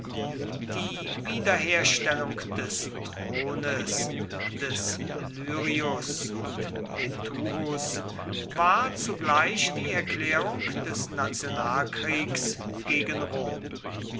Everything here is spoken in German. die wiederherstellung des thrones des luerius und betuhus war zugleich die erklärung des nationalkriegs gegen rom